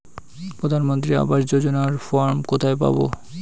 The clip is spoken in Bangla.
প্রধান মন্ত্রী আবাস যোজনার ফর্ম কোথায় পাব?